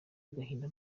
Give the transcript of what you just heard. n’agahinda